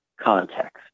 context